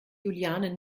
juliane